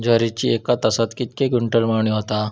ज्वारीची एका तासात कितके क्विंटल मळणी होता?